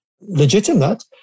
legitimate